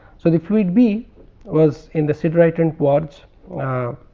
so, the fluid b was in the siderite and quartz ah